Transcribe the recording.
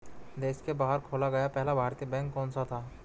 देश के बाहर खोला गया पहला भारतीय बैंक कौन सा था?